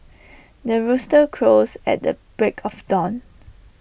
the rooster crows at the break of dawn